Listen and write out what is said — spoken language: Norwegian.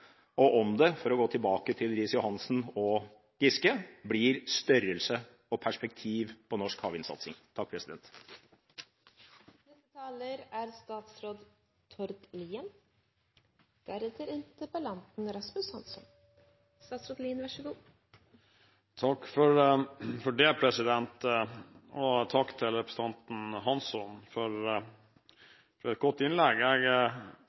og om det – for å gå tilbake til Riis-Johansen og Giske – blir størrelse og perspektiv på norsk havvindsatsing. Takk til representanten Hansson for et godt innlegg.